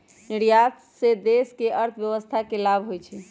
निर्यात से देश के अर्थव्यवस्था के लाभ होइ छइ